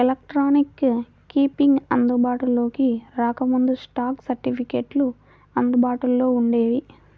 electronic keeping అందుబాటులోకి రాకముందు, stock సర్టిఫికెట్లు అందుబాటులో వుండేవి